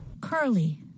Curly